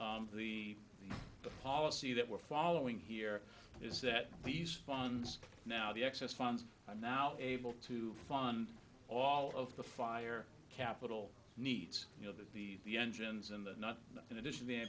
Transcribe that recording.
recall the policy that we're following here is that these funds now the excess funds i'm now able to fund all of the fire capital needs you know the the the engines and the not in addition t